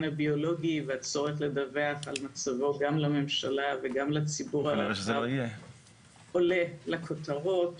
הביולוגי והצורך לדווח על מצבו גם לממשלה וגם לציבור הרחב עולה לכותרות